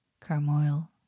Carmoil